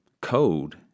code